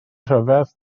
rhyfedd